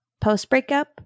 post-breakup